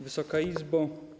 Wysoka Izbo!